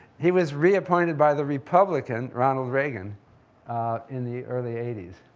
he was reappointed by the republican ronald reagan in the early eighty s,